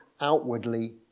outwardly